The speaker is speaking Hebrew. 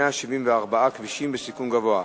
174 כבישים בסיכון גבוה,